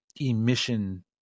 emission